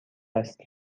است